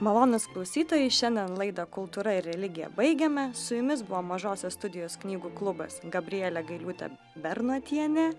malonūs klausytojai šiandien laidą kultūra ir religija baigiame su jumis buvo mažosios studijos knygų klubas gabrielė gailiūtė bernotienė